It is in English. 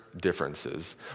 differences